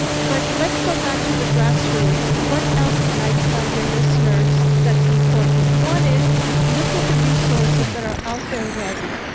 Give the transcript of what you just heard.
but let's go back to the grassroots. what else can i tell your listeners that's important? one is look at the resources that are out there already.